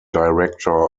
director